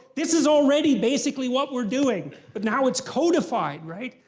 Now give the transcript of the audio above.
this is already basically what we're doing but now it's codified, right?